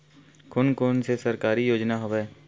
कोन कोन से सरकारी योजना हवय?